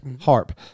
Harp